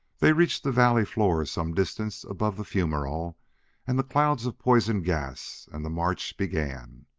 they reached the valley floor some distance above the fumerole and the clouds of poison gas and the march began.